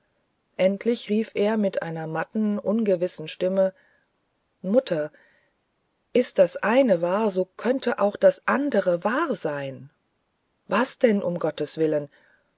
endlich rief er mit einer matten ungewissen stimme mutter ist das eine wahr so könnte auch das andere wahr sein was denn um gottes willen